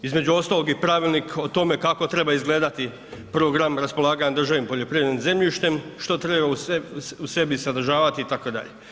Između ostalog i pravilnik o tome kako treba izgledati program raspolaganja državnim poljoprivrednim zemljištem, što treba u sebi sadržavati itd.